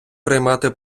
приймати